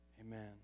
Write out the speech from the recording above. Amen